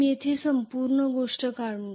मी येथे संपूर्ण गोष्ट काढून दाखवतो